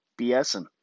BSing